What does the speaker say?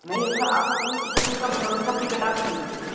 नही उसका आप मत देंगे टिकट में सब होता हे ऊलोग सब टिकट आप ही देंगे